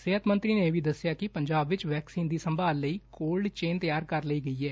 ਸਿਹਤ ਮੰਤਰੀ ਨੇ ਇਹ ਵੀ ਦਸਿਆ ਕਿ ਪੰਜਾਬ ਵਿਚ ਵੈਕਸੀਨ ਦੀ ਸੰਭਾਲ ਲਈ ਕੋਲਡ ਚੇਨ ਤਿਆਰ ਕਰ ਲਈ ਗਈ ਏ